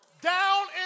down